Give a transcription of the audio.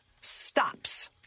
stops